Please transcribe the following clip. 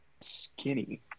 skinny